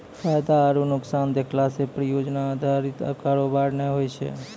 फायदा आरु नुकसान देखला से परियोजना अधारित कारोबार नै होय छै